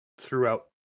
throughout